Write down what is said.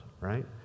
right